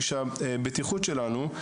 איש הבטיחות שלנו,